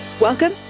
Welcome